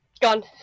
Gone